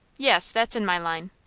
yes that's in my line.